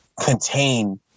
contain